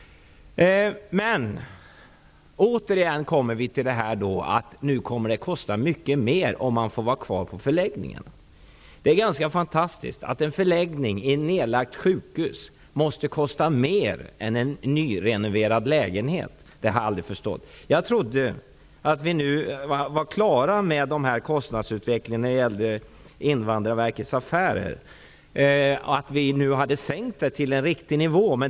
Men återigen kommer vi fram till att det nu kommer att kosta mycket mera om flyktingarna får vara kvar på förläggningarna. Det är ganska fantastiskt att en förläggning i ett nedlagt sjukhus lokaler måste kosta mer än en nyrenoverad lägenhet. Detta har jag aldrig förstått. Jag trodde att vi nu var klara med kostnadsutvecklingen när det gäller Invandrarverkets affärer och att vi nu kommit ner till en riktig nivå.